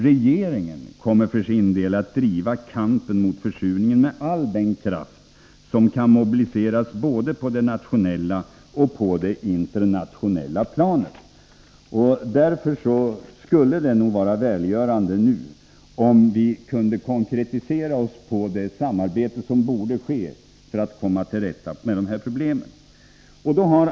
Regeringen kommer för sin del att driva kampen mot försurningen med all den kraft som kan mobiliseras, både på det nationella och på det internationella planet. Därför skulle det nu vara välgörande om vi kunde konkretisera ossidet samarbete som borde ske för att komma till rätta med dessa problem.